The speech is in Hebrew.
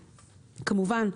כמובן,